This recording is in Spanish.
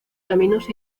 caminos